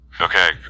Okay